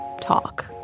talk